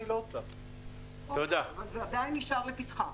ברוך השם שאני מצליח ואני עומד בניסיון ובפיתויים שיש בחוץ.